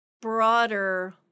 broader